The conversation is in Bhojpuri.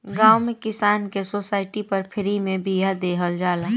गांव में किसान के सोसाइटी पर फ्री में बिया देहल जाला